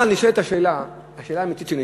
אבל נשאלת השאלה האמיתית: